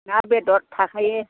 ना बेदर थाखायो